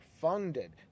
funded